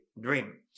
dream (